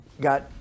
got